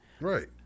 Right